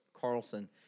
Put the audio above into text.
Carlson